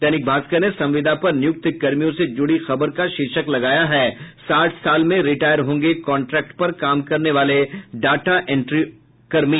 दैनिक भास्कर ने संविदा पर नियुक्त कर्मियों से जुड़ी खबर का शीर्षक लगाया है साठ साल में रिटायर होंगे कांट्रेक्ट पर काम करने वाले डाटा इंट्री कर्मी